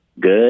good